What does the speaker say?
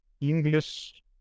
English